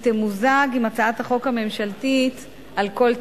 תמוזג עם הצעת החוק הממשלתית על כל תנאיה.